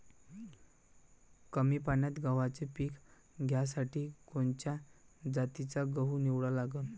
कमी पान्यात गव्हाचं पीक घ्यासाठी कोनच्या जातीचा गहू निवडा लागन?